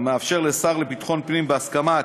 המאפשר לשר לביטחון הפנים, בהסכמת